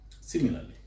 Similarly